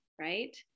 right